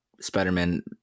Spider-Man